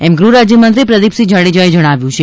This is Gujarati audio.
એમ ગૃહરાજ્યમંત્રી પ્રદિપસિંહ જાડેજાએ જણાવ્યુ છે